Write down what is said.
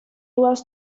was